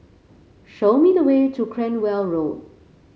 show me the way to Cranwell Road